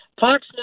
Fox